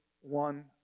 one